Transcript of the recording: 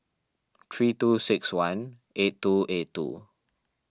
three two six one eight two eight two